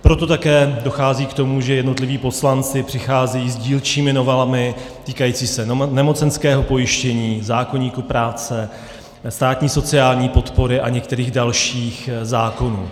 Proto také dochází k tomu, že jednotliví poslanci přicházejí s dílčími novelami týkajícími se nemocenského pojištění, zákoníku práce, státní sociální podpory a některých dalších zákonů.